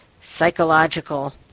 psychological